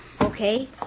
Okay